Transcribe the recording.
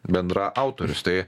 bendraautorius tai